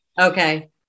Okay